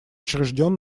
учрежден